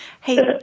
Hey